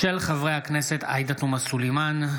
חברי הכנסת עאידה תומא סלימאן,